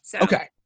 Okay